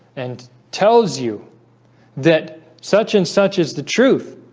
and tells you that such and such as the truth